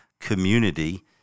community